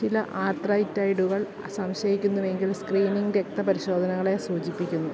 ചില ആർത്രൈറ്റൈഡുകൾ സംശയിക്കുന്നുവെങ്കിൽ സ്ക്രീനിങ് രക്തപരിശോധനകളെ സൂചിപ്പിക്കുന്നു